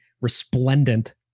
resplendent